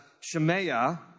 Shemaiah